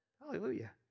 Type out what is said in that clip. Hallelujah